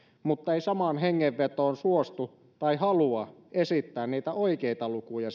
mutta ei samaan hengenvetoon suostu esittämään tai halua esittää sitten niitä oikeita lukuja